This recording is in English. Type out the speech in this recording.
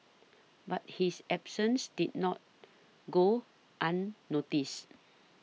but his absences did not go unnoticed